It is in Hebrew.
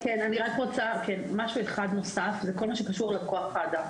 כן, משהו אחד נוסף, וזה כל מה שקשור לכוח האדם.